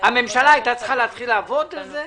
הממשלה הייתה צריכה להתחיל לעבוד על זה?